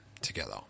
together